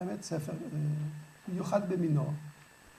‫אמת, ספר מיוחד במינו.